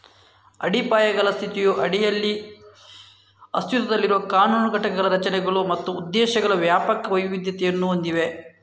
ಅಡಿಪಾಯಗಳ ಸ್ಥಿತಿಯ ಅಡಿಯಲ್ಲಿ ಅಸ್ತಿತ್ವದಲ್ಲಿರುವ ಕಾನೂನು ಘಟಕಗಳು ರಚನೆಗಳು ಮತ್ತು ಉದ್ದೇಶಗಳ ವ್ಯಾಪಕ ವೈವಿಧ್ಯತೆಯನ್ನು ಹೊಂದಿವೆ